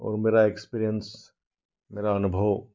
और मेरा एक्सपिरियंस मेरा अनुभव